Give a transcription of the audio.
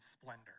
splendor